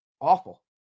Awful